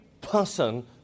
person